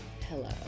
hello